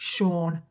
Sean